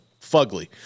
fugly